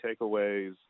takeaways